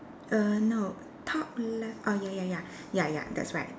err no top left err ya ya ya ya that's right